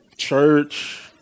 Church